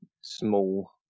small